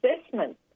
assessment